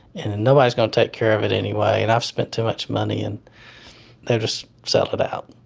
and and nobody's going to take care of it anyway. and i've spent too much money, and they'll just sell it out.